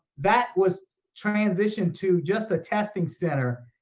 that was transitioned to just a testing center.